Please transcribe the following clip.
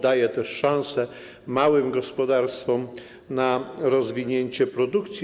Daje też szansę małym gospodarstwom na rozwinięcie produkcji.